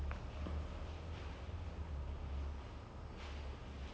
like I I felt that he didn't fit the role either I forgot his name as well